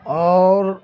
اور